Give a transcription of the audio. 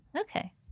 Okay